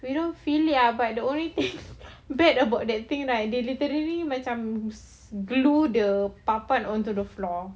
you don't feel it ah the only thing bad about that thing right they literally macam blew the papan onto the floor